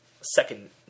second